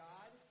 God